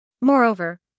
Moreover